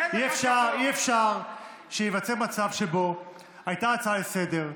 אי-אפשר שייווצר מצב שבו הייתה הצעה לסדר-היום,